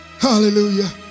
Hallelujah